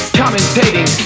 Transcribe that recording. commentating